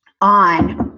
on